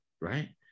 right